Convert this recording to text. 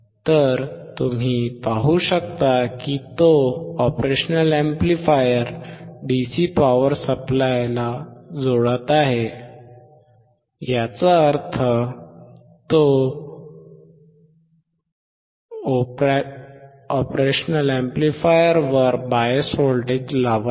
तर तुम्ही पाहू शकता की तो ऑपरेशनल अॅम्प्लिफायरला डीसी पॉवर सप्लाय जोडत आहे याचा अर्थ तो op amp वर बायस व्होल्टेज लावत आहे